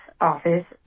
office